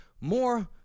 more